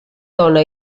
dóna